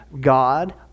God